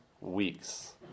weeks